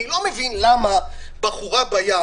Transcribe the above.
אני לא מבין למה בחורה בים